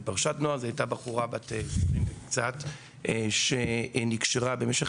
נועה הייתה בחורה בת 20 וקצת שנקשרה במשך